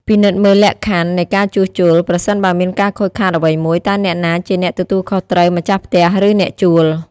ពិនិត្យមើលលក្ខខណ្ឌនៃការជួសជុល ប្រសិនបើមានការខូចខាតអ្វីមួយ តើអ្នកណាជាអ្នកទទួលខុសត្រូវ ម្ចាស់ផ្ទះ ឬអ្នកជួល។